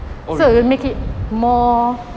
oh really